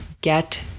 get